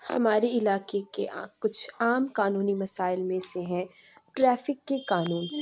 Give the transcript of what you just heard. ہمارے علاقے کے آ کچھ عام قانونی مسائل میں سے ہے ٹریفک کے قانون